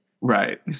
Right